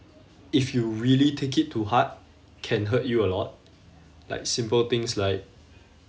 if you really take it to heart can hurt you a lot like simple things like